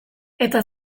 eta